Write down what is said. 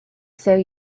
sell